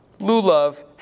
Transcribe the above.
lulav